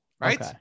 Right